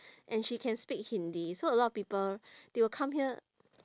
and she can speak hindi so a lot of people they will come here